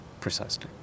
precisely